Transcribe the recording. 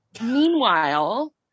Meanwhile